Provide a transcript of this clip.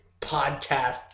podcast